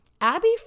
Abby